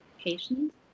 patients